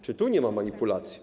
Czy tu nie ma manipulacji?